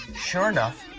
sure enough,